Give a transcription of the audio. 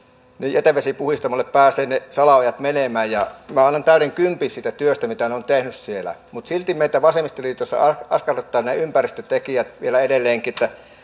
jätevesipuhdistamolle pääsevät ne salaojat menemään minä annan täyden kympin siitä työstä mitä ne ovat tehneet siellä mutta silti meitä vasemmistoliitossa askarruttavat nämä ympäristötekijät vielä edelleenkin